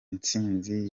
intsinzi